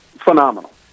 phenomenal